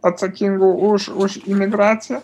atsakingų už už imigraciją